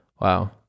Wow